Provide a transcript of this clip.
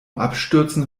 abstürzen